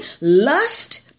Lust